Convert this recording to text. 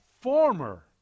former